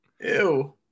Ew